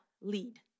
lead